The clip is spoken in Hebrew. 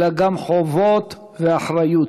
אלא גם חובות ואחריות.